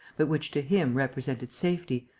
but which to him represented safety,